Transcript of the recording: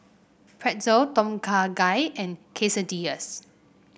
Pretzel Tom Kha Gai and Quesadillas